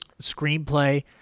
Screenplay